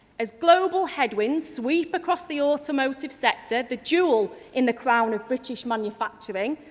as global head winds sweep across the automotive sector, the jewel in the crown of british manufacturing,